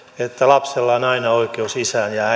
että lapsella on aina oikeus isään ja